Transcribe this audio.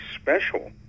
special